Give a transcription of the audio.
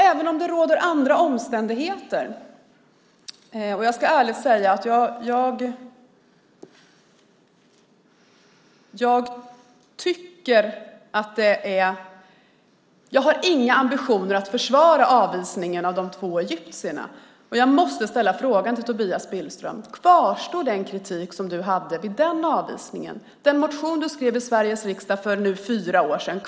Även om det råder andra omständigheter, och jag ska ärligt säga att jag inte har några ambitioner att försvara avvisningen av de två egyptierna, måste jag ställa frågan till Tobias Billström: Kvarstår den kritik som du hade vid den avvisningen? Kvarstår kritiken i den motion du skrev i Sveriges riksdag för fyra år sedan?